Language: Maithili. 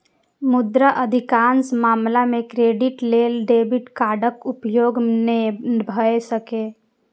मुदा अधिकांश मामला मे क्रेडिट लेल डेबिट कार्डक उपयोग नै भए सकैए